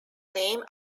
name